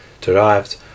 derived